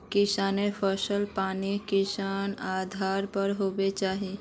किसानेर फसल मापन किस आधार पर होबे चही?